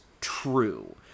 true